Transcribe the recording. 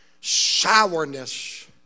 sourness